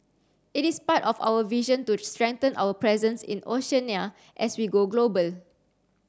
it is part of our vision to strengthen our presence in Oceania as we go global